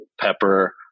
pepper